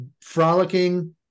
Frolicking